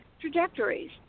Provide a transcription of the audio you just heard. trajectories